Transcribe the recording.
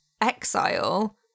exile